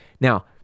Now